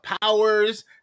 powers